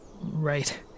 right